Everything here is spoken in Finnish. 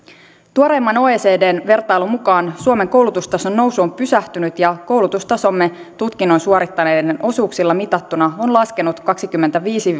tuoreimman oecdn vertailun mukaan suomen koulutustason nousu on pysähtynyt ja koulutustasomme tutkinnon suorittaneiden osuuksilla mitattuna on laskenut kaksikymmentäviisi